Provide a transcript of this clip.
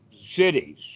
cities